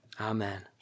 Amen